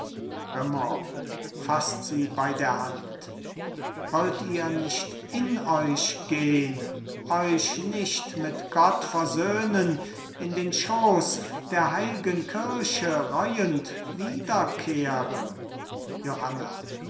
faßt sie bei der hand wollt ihr nicht in euch gehn euch nicht mit gott versöhnen in den schoß der heilgen kirche reuend wiederkehren johanna